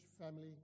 family